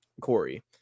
Corey